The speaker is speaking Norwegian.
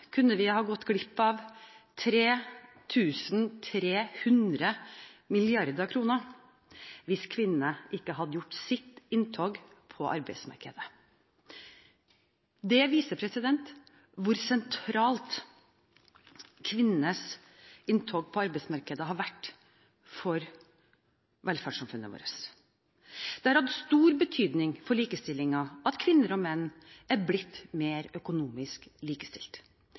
kunne vi ha gått glipp av 3 300 mrd. kr hvis kvinnene ikke hadde gjort sitt inntog på arbeidsmarkedet. Det viser hvor sentralt kvinnenes inntog på arbeidsmarkedet har vært for velferdssamfunnet vårt. Det har hatt stor betydning for likestillingen at kvinner og menn er blitt mer økonomisk